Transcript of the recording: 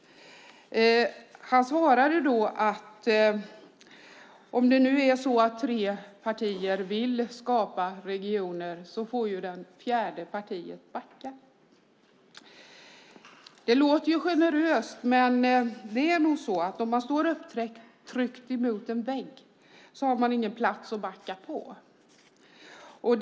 Han svarade: Om det nu är så att tre partier vill skapa regioner får det fjärde partiet backa. Det låter generöst. Men om man står upptryckt mot en vägg finns det nog inte något utrymme för att backa.